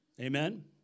Amen